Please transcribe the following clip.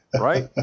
right